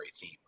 theme